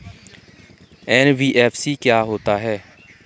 NBFC क्या होता है?